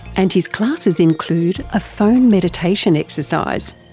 and his classes include a phone meditation exercise.